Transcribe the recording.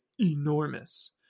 enormous